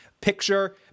picture